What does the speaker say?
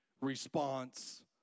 response